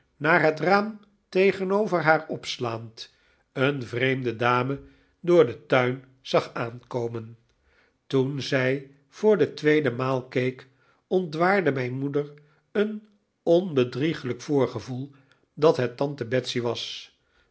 naar het raam tegenover haar opslaand een vreemde dame door den tuin zag aankomen toen zij voor de tweede maal keek ontwaarde mijn moeder een onbedrieglijk voorgevoel dat het tante betsey was